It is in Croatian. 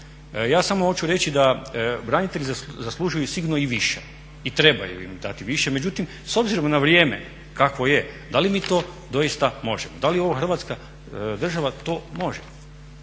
Ja samo hoću reći da branitelji zaslužuju sigurno i više i trebaju im dati više. Međutim, s obzirom na vrijeme kakvo je, da li mi to doista možemo? Da li ovo Hrvatska država to može?